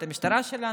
את המשטרה שלנו,